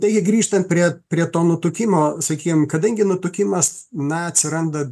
taigi grįžtant prie prie to nutukimo sakykim kadangi nutukimas na atsiranda